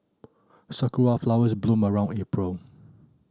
sakura flowers bloom around April